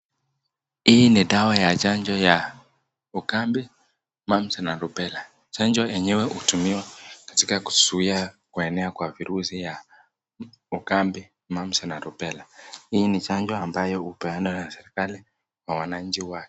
Hi ni dawa ya chanjo ya ukambi mumps na rubella. Chanjo yenyewe hutumiwa katika kuzuia kuenea kwa virusi ya ukambi, mumps na rubela .Ni chanjo ambayo hupewa na serikali kwa wananchi wake.